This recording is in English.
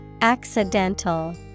Accidental